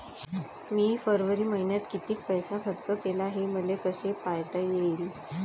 मी फरवरी मईन्यात कितीक पैसा खर्च केला, हे मले कसे पायता येईल?